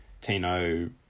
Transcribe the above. Tino